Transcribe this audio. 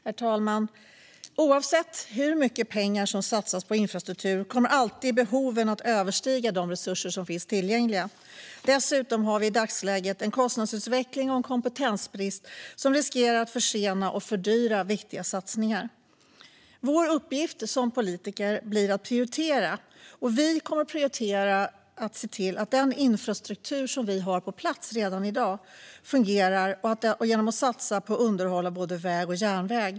Herr talman! Oavsett hur mycket pengar som satsas på infrastruktur kommer behoven alltid att överstiga de resurser som finns tillgängliga. Dessutom har vi i dagsläget en kostnadsutveckling och en kompetensbrist som riskerar att försena och fördyra viktiga satsningar. Vår uppgift som politiker blir att prioritera, och vi kommer att prioritera att se till att den infrastruktur vi redan har på plats fungerar genom att satsa på underhåll av både väg och järnväg.